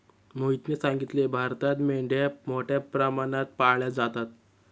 मोहितने सांगितले, भारतात मेंढ्या मोठ्या प्रमाणात पाळल्या जातात